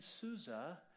Susa